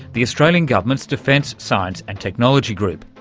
the australian government's defence science and technology group,